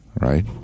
right